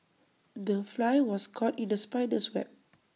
the fly was caught in the spider's web